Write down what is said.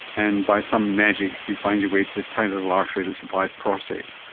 and by some magic you find your way to this tiny little artery that supplies the prostate.